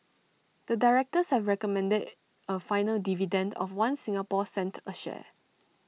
the directors have recommended A final dividend of One Singapore cent A share